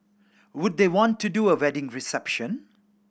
would they want to do a wedding reception